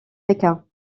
pékin